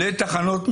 לתחנות משטרה.